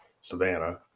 Savannah